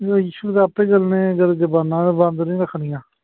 ਇਹ ਇਸ਼ੂ ਤਾਂ ਆਪੇ ਚੱਲਣੇ ਜਦ ਜੁਬਾਨਾਂ ਤਾਂ ਬੰਦ ਨਹੀਂ ਰੱਖਣੀਆਂ